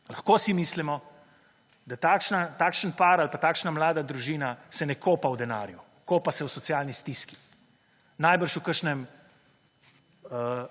Lahko si mislimo, da takšen par ali pa takšna mlada družina se ne kopa v denarju. Kopa se v socialni stiski, najbrž v kakšnem